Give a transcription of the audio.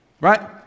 right